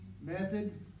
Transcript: method